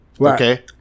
Okay